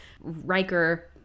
riker